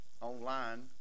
online